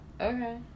Okay